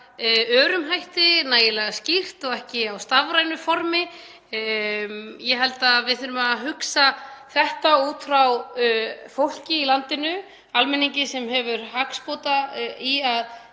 örum hætti, nægilega skýrt og ekki á stafrænu formi. Ég held að við þurfum að hugsa þetta út frá fólki í landinu, til hagsbóta